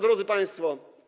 Drodzy Państwo!